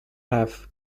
have